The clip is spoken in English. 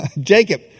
Jacob